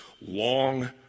long